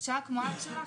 שהוא כמו אבא שלך,